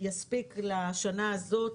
יספיק לשנה הזאת,